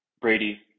Brady